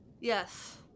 yes